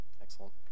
Excellent